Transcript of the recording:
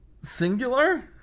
singular